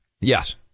Yes